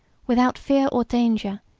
without fear or danger,